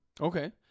Okay